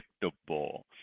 predictable